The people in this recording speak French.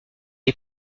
est